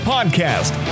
Podcast